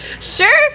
Sure